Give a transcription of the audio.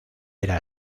era